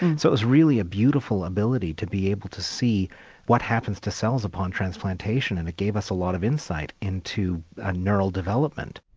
and so it was really a beautiful ability to be able to see what happens to cells upon transplantation and it gave us a lot of insight into ah neural development.